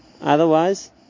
Otherwise